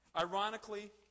Ironically